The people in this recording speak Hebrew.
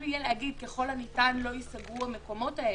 יהיה לומר: ככל הניתן לא ייסגרו המקומות האלה,